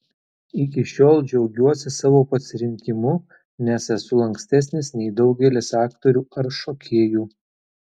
iki šiol džiaugiuosi savo pasirinkimu nes esu lankstesnis nei daugelis aktorių ar šokėjų